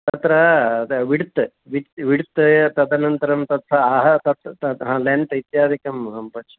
अत्र width width तदनन्तरं तत् आह तत् तत् हा लेन्थ् इत्यादिकं अहं पश्य